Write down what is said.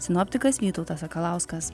sinoptikas vytautas sakalauskas